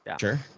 Sure